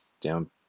down